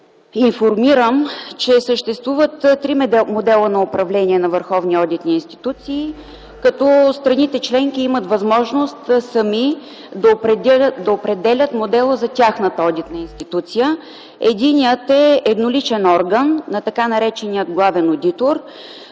информирам, че съществуват три модела на управление на върховни одитни институции, като страните членки имат възможност сами да определят модела за тяхната одитна институция. Единият е едноличен орган на така наречения главен одитор.